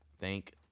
Thank